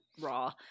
raw